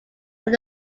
are